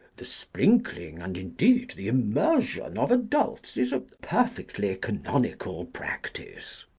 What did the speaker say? the sprinkling, and, indeed, the immersion of adults is a perfectly canonical practice.